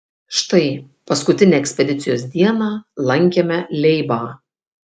štai paskutinę ekspedicijos dieną lankėme leibą